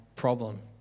problem